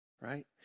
right